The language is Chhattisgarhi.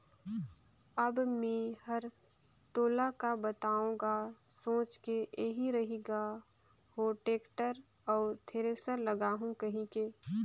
अब मे हर तोला का बताओ गा सोच के एही रही ग हो टेक्टर अउ थेरेसर लागहूँ कहिके